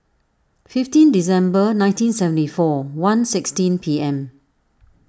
fifteen December nineteen seventy four one seventy P M